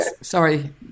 Sorry